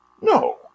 No